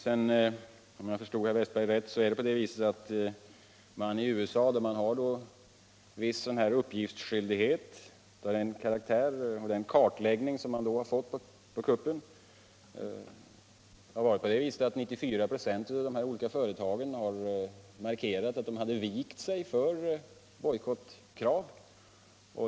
Om jag sedan förstod herr Wästberg rätt har en kartläggning som möjliggjorts genom uppgiftsskyldigheten t USA visat att 9456 av förotagen I fråga markerat att de hade vikt sig för bojkottkrav.